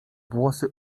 włosy